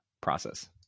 process